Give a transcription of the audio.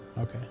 Okay